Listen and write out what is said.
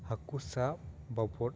ᱦᱟᱹᱠᱩ ᱥᱟᱵ ᱵᱟᱵᱚᱫ